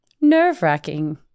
nerve-wracking